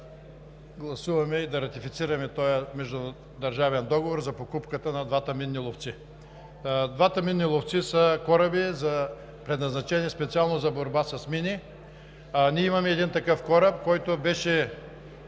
да гласуваме и да ратифицираме този междудържавен договор за покупката на двата кораба тип минни ловци. Двата минни ловци са кораби, предназначени специално за борба с мини. Ние имаме един такъв кораб –